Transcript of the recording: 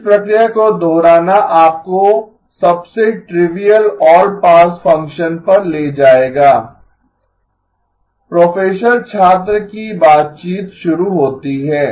इस प्रक्रिया को दोहराना आपको सबसे ट्रिविअल ऑल पास फ़ंक्शन पर ले जाएगा प्रोफेसर छात्र की बातचीत शुरू होती है